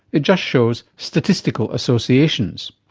it just shows statistical associations.